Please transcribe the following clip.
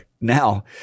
now